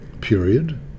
period